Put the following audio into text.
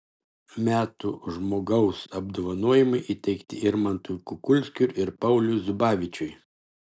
metų žmogaus apdovanojimai įteikti irmantui kukulskiui ir pauliui zubavičiui